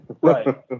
right